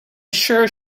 sure